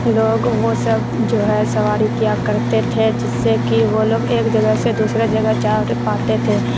لوگ وہ سب جو ہے سواری کیا کرتے تھے جس سے کہ وہ لوگ ایک جگہ سے دوسرے جگہ جا پاتے تھے